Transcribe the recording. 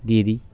দিয়ে দিই